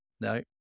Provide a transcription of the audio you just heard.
No